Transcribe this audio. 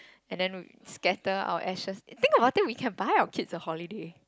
and then scatter our ashes think about that we can buy our kids a holiday